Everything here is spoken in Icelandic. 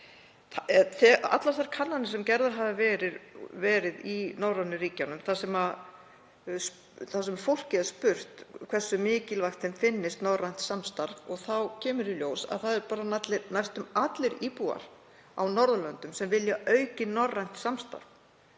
Í öllum þeim könnunum sem gerðar hafa verið í norrænu ríkjunum þar sem fólk er spurt hversu mikilvægt því finnist norrænt samstarf kemur í ljós að það eru bara næstum allir íbúar á Norðurlöndum sem vilja aukið norrænt samstarf.